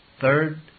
Third